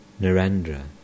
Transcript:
Narendra